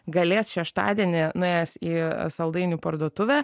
galės šeštadienį nuėjęs į saldainių parduotuvę